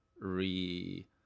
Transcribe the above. re